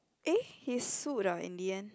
eh he's sued ah in the end